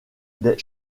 des